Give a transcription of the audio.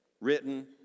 written